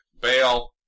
bail